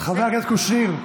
חבר הכנסת קושניר,